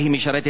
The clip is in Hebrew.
זה, אחד.